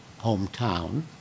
hometown